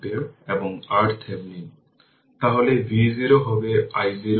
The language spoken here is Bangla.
সুতরাং সেই ক্ষেত্রে vt হবে 0